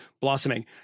blossoming